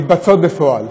איך מתבצע בפועל.